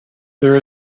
there